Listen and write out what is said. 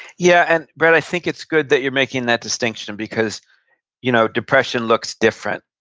yeah, and brett, i think it's good that you're making that distinction, because you know depression looks different.